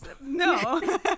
no